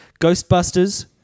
Ghostbusters